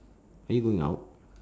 are you going out